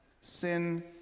sin